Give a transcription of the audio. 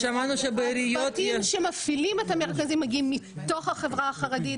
הצוותים שמפעילים את המרכזים מגיעים מתוך החברה החרדית.